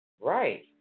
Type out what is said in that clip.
Right